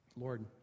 Lord